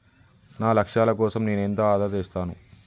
నా లక్ష్యాల కోసం నేను ఎంత ఆదా చేస్తాను?